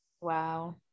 wow